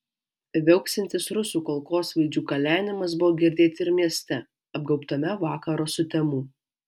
viauksintis rusų kulkosvaidžių kalenimas buvo girdėti ir mieste apgaubtame vakaro sutemų